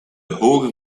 hoge